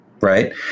right